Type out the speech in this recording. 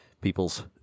peoples